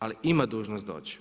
Ali ima dužnost doći.